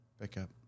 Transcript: pickup